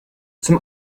zum